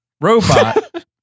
Robot